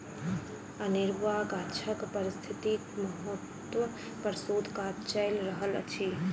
अनेरुआ गाछक पारिस्थितिकीय महत्व पर शोध काज चैल रहल अछि